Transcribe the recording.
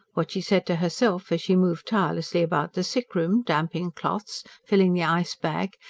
what she said to herself as she moved tirelessly about the sick room, damping cloths, filling the ice-bag,